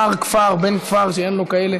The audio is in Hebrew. נער כפר, בן כפר, שאין לו כאלה.